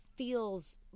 Feels